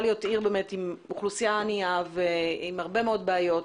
להיות עיר עם אוכלוסייה ענייה ועם הרבה מאוד בעיות.